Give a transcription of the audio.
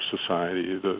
society